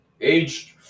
aged